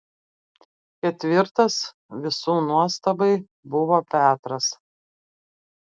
ketvirtas visų nuostabai buvo petras